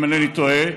אם אינני טועה,